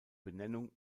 benennung